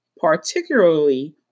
particularly